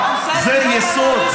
זה יסוד,